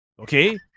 okay